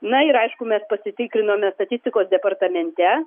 na ir aišku mes pasitikrinome statistikos departamente